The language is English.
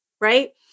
Right